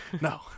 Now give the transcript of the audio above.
No